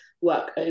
work